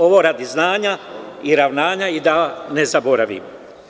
Ovo radi znanja i ravnanja, i da ne zaboravimo.